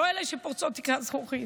לא אלה שפורצות תקרת זכוכית,